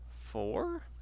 Four